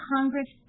Congress